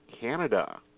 Canada